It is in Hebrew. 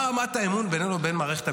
מה רמת האמון בינינו לבין מערכת המשפט?